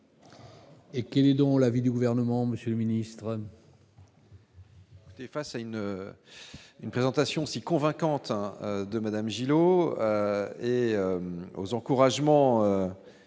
Et écoutez dont l'avis du gouvernement, Monsieur le ministre.